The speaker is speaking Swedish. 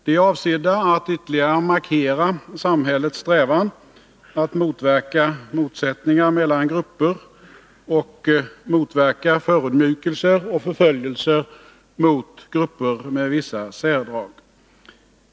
De är avsedda att ytterligare markera samhällets strävan att motverka motsättningar mellan grupper och förödmjukelser och förföljelser mot grupper med vissa särdrag.